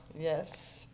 Yes